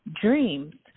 dreams